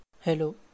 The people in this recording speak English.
Hello